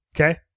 Okay